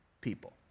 people